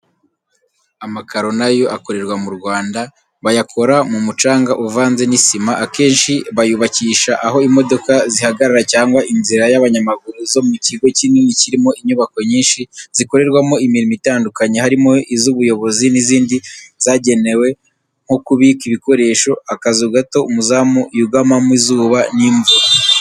Amakaro na yo akorerwa mu Rwanda, bayakora mu mucanga uvanze n'isima, akenshi bayubakisha aho imodoka zihagarara cyangwa inzira y'abanyamaguru zo mu kigo kinini kirimo inyubako nyinshi zikorerwamo imirimo itandukanye, harimo iz'ubuyobozi n'izindi zagenewe nko kubika ibikoresho, akazu gato umuzamu yugamamo izuba n'imvura.